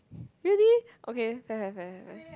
really okay fine fine fine fine